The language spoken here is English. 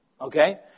Okay